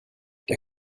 der